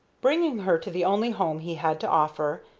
bringing her to the only home he had to offer,